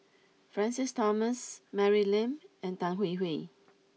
Francis Thomas Mary Lim and Tan Hwee Hwee